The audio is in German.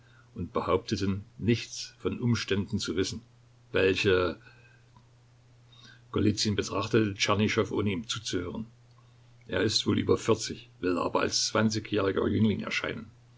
und behaupteten nichts von umständen zu wissen welche golizyn betrachtete tschernyschow ohne ihm zuzuhören er ist wohl über vierzig will aber als zwanzigjähriger jüngling erscheinen